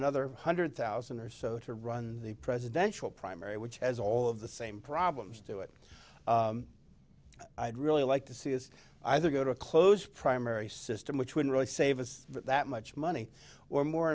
another one hundred thousand or so to run the presidential primary which has all of the same problems do it i'd really like to see this either go to a close primary system which would really save us that much money or more